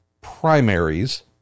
primaries